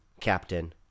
Captain